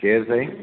केर साईं